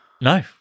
No